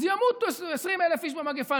אז ימותו 20,000 איש במגפה,